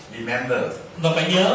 Remember